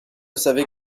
savait